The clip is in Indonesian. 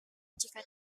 jika